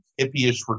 hippie-ish